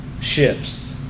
shifts